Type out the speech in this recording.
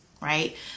right